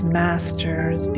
masters